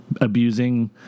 abusing